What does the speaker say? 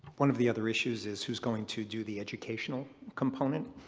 one of the other issues is who is going to do the educational component?